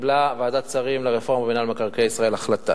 קיבלה ועדת שרים לרפורמה במינהל מקרקעי ישראל החלטה